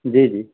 جی جی